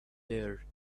there